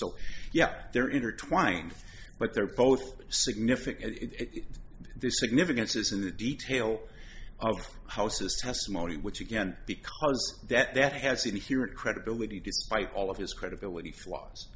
so yeah they're intertwined but they're both significant their significance is in the detail of the houses testimony which again because that has inherent credibility despite all of his credibility flaws